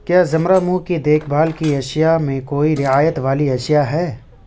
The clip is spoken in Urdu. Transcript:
کیا زمرہ منہ کی دیکھ بھال کی اشیاء میں کوئی رعایت والی اشیاء ہے